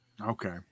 Okay